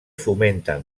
fomenten